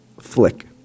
flick